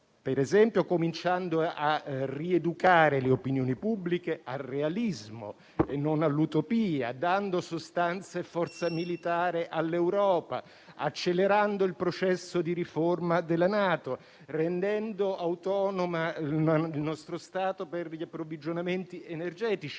per esempio, cominciando a rieducare le opinioni pubbliche al realismo e non all'utopia; dando sostanza e forza militare all'Europa; accelerando il processo di riforma della NATO; rendendo autonomo il nostro Stato per gli approvvigionamenti energetici,